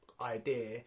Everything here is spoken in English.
idea